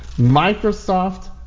Microsoft